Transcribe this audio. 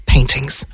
Paintings